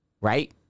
Right